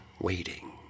waiting